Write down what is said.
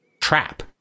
trap